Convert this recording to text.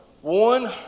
One